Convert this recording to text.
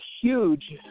huge